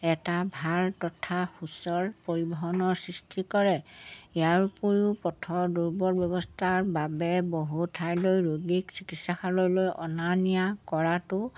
এটা ভাল তথা সুচল পৰিবহণৰ সৃষ্টি কৰে ইয়াৰ উপৰিও পথৰ দুৰ্বল ব্যৱস্থাৰ বাবে বহু ঠাইলৈ ৰোগীক চিকিৎসালয়লৈ অনা নিয়া কৰাটো